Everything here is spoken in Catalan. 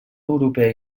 europea